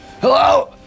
Hello